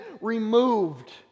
removed